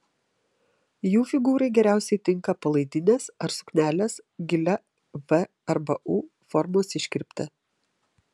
jų figūrai geriausiai tinka palaidinės ar suknelės gilia v arba u formos iškirpte